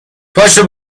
پاشو